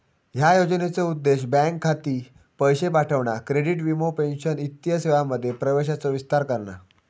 ह्या योजनेचो उद्देश बँक खाती, पैशे पाठवणा, क्रेडिट, वीमो, पेंशन वित्तीय सेवांमध्ये प्रवेशाचो विस्तार करणा